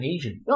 Asian